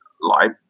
Life